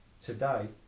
today